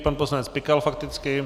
Pan poslanec Pikal fakticky.